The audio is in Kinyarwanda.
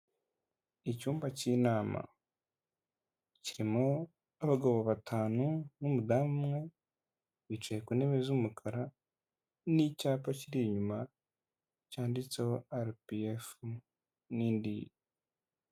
Icyumba cy'inama. Kirimo abagabo batanu n'umudamu umwe, bicaye ku ntebe z'umukara, n'icyapa kiri inyuma, cyanditseho arapiyefu, n'indi.